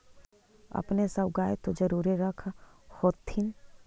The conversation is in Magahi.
अपने सब गाय तो जरुरे रख होत्थिन?